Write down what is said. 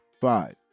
five